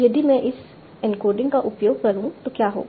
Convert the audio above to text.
यदि मैं इस एन्कोडिंग का उपयोग करूँ तो क्या होगा